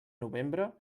novembre